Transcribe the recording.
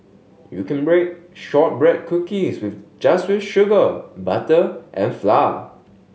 you can bake shortbread cookies with just with sugar butter and flour